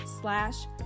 slash